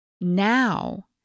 Now